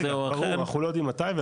או אחר --- אנחנו לא יודעים מתי.